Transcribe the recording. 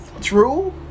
True